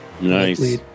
Nice